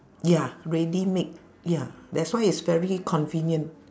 ya ready-made ya that's why it's very convenient